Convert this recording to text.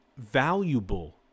valuable